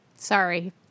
Sorry